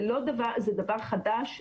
זה דבר חדש.